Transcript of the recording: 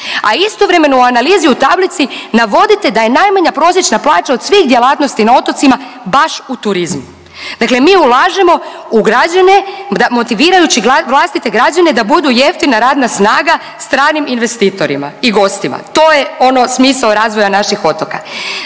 a istovremeno u analizi u tablici navodite da je najmanja prosječna plaća od svih djelatnosti na otocima baš u turizmu. Dakle, mi ulažemo u građane motivirajući vlastite građane da budu jeftina radna snaga stranim investitorima i gostima, to je ono smisao razvoja naših otoka.